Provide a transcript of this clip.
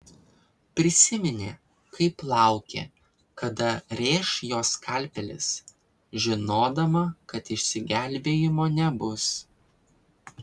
prisiminė kaip laukė kada rėš jo skalpelis žinodama kad išsigelbėjimo nebus